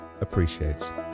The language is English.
appreciates